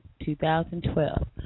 2012